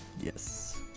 Yes